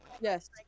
Yes